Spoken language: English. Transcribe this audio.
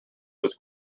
was